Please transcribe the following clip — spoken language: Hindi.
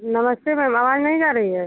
नमस्ते मैम आवाज नहीं जा रही है